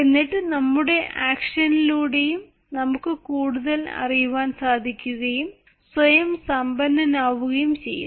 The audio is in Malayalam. എന്നിട്ട് നമ്മുടെ ആക്ഷൻലൂടെയും നമുക്ക് കൂടുതൽ അറിയുവാൻ സാധിക്കുകയും സ്വയം സമ്പന്നൻ ആവുകയും ചെയ്യുന്നു